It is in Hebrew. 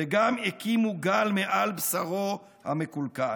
/ וגם הקימו גל מעל בשרו המקולקל,